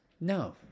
No